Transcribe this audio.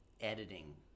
editing